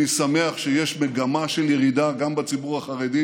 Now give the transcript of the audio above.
אני שמח שיש מגמה של ירידה גם בציבור החרדי,